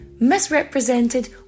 misrepresented